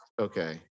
Okay